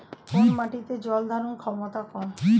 কোন মাটির জল ধারণ ক্ষমতা কম?